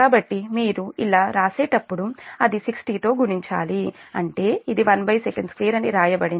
కాబట్టి మీరు ఇలా వ్రాసేటప్పుడు అది 60 తో గుణించాలి అంటే ఇది1Sec2 అని వ్రాయబడింది